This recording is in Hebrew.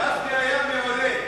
גפני, היה מעולה.